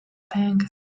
pang